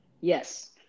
Yes